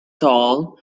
tall